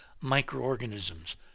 microorganisms